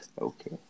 Okay